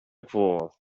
pull